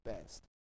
best